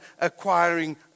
acquiring